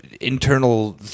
internal